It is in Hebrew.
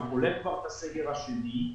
הוא בולט כבר בסגר השני,